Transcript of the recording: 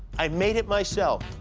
i made it myself.